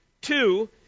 Two